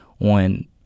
on